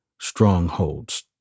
strongholds